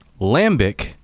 Lambic